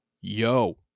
yo